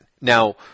Now